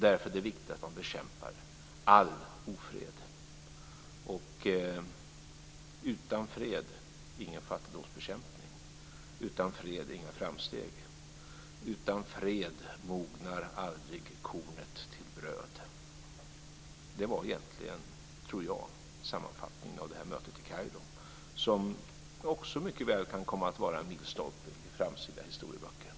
Därför är det viktigt att man bekämpar all ofred. Utan fred - ingen fattigdomsbekämpning, utan fred - inga framsteg, utan fred mognar aldrig kornet till bröd. Det är egentligen, tror jag, sammanfattningen av mötet i Kairo, som också mycket väl kan komma att vara en milstolpe i framtida historieböcker.